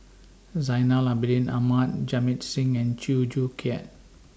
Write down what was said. Zainal Abidin Ahmad Jamit Singh and Chew Joo Chiat